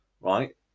right